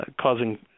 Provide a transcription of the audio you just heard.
causing